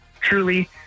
Truly